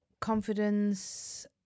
confidence